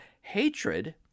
hatred